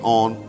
on